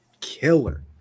killer